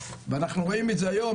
ואנחנו רואים את זה היום,